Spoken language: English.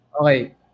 okay